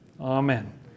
Amen